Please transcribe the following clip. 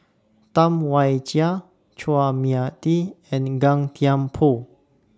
Tam Wai Jia Chua Mia Tee and Gan Thiam Poh